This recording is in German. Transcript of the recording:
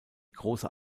große